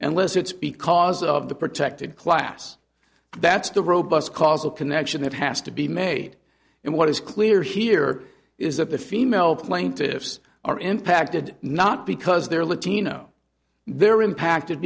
unless it's because of the protected class that's the robust causal connection that has to be made and what is clear here is that the female plaintiffs are impacted not because they're latino they're impacted